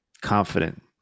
confident